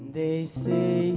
they say